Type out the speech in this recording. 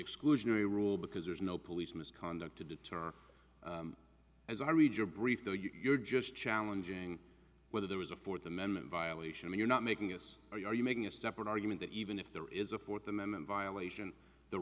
exclusionary rule because there's no police misconduct to determine as i read your brief though you're just challenging whether there was a fourth amendment violation you're not making this are you making a separate argument that even if there is a fourth amendment